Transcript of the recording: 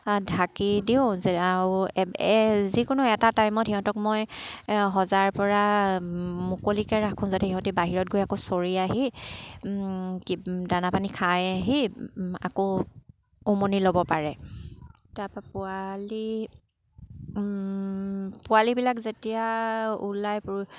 ঢাকি দিওঁ যে আৰু যিকোনো এটা টাইমত সিহঁতক মই সজাৰপৰা মুকলিকৈ ৰাখোঁ যাতে সিহঁতি বাহিৰত গৈ আকৌ চৰি আহি কি দানা পানী খাই আহি আকৌ উমনি ল'ব পাৰে তাৰপৰা পোৱালি পোৱালিবিলাক যেতিয়া ওলায়